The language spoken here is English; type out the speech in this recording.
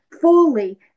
fully